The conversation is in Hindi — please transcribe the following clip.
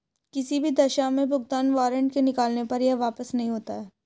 किसी भी दशा में भुगतान वारन्ट के निकलने पर यह वापस नहीं होता है